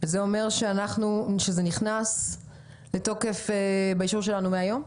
אז זה אומר שזה נכנס לתוקף מהיום?